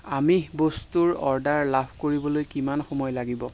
আমিষ বস্তুৰ অৰ্ডাৰ লাভ কৰিবলৈ কিমান সময় লাগিব